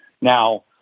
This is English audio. Now